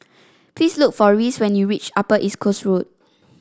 please look for Reece when you reach Upper East Coast Road